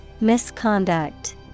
Misconduct